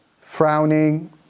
frowning